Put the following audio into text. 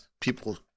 People